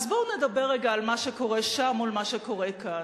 אז בואו נדבר רגע על מה שקורה שם מול מה שקורה כאן.